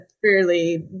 fairly